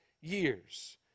years